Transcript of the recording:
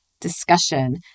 discussion